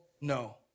no